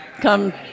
come